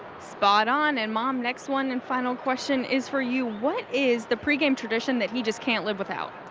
spot on. and mom, next one and final question is for you. what is the pregame tradition that he just can't live without?